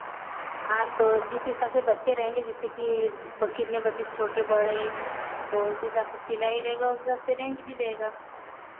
हाँ तो जिस हिसाब से बच्चे रहेंगे जैसे कि कितने बच्चे छोटे बड़े तो उस हिसाब से सिलाई रहेगा उस हिसाब से रेंज भी रहेगा